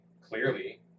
clearly